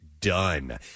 done